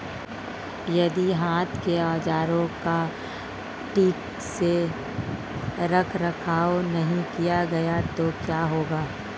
यदि हाथ के औजारों का ठीक से रखरखाव नहीं किया गया तो क्या होगा?